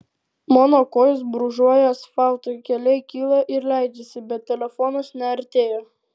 mano kojos brūžuoja asfaltu keliai kyla ir leidžiasi bet telefonas neartėja